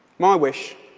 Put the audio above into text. my wish